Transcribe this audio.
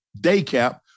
daycap